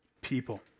people